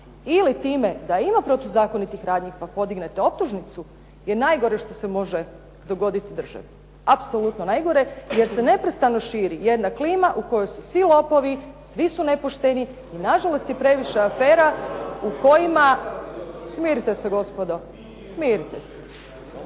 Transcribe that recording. ili time da ima protuzakonitih radnji pa podignete optužnicu, je najgore što se može dogoditi državi, apsolutno najgore. Jer se neprestano širi jedna klima u kojoj su svi lopovi, svi su nepošteni i nažalost je previše afera. Smirite se gospodo, smirite se.